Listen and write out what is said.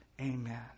Amen